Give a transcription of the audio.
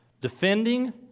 Defending